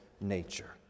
nature